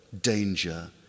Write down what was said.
danger